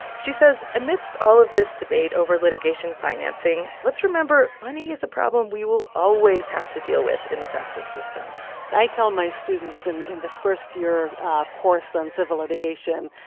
she says amidst all of this debate over litigation financing, let's remember money is the problem we will always have to deal with in the justice system i tell my students in in the first year course on civil litigation,